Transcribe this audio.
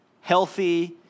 healthy